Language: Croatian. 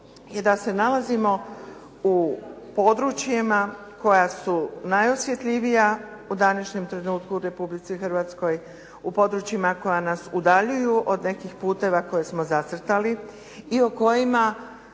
je da se nalazimo u područjima koja su najosjetljivija u današnjem trenutku u Republici Hrvatskoj u područjima koja nas udaljuju od nekih putova koja smo zacrtali i o kojima